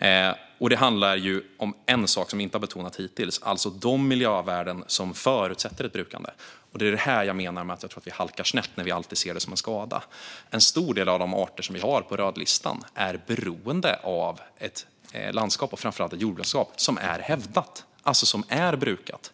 här. Det handlar om en sak som vi inte har betonat hittills, alltså de miljövärden som förutsätter ett brukande. Det är i fråga om det som jag menar att jag tror att vi halkar snett när vi alltid ser det som en skada. En stor del av de arter som vi har på rödlistan är beroende av ett landskap och framför allt ett jordbrukslandskap som är hävdat, alltså som är brukat.